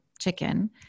chicken